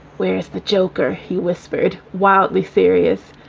whereas the joker, he whispered wildly serious.